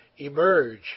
emerge